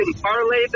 parlay